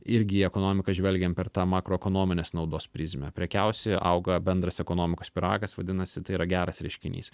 irgi į ekonomiką žvelgiam per tą makroekonominės naudos prizmę prekiausi auga bendras ekonomikos pyragas vadinasi tai yra geras reiškinys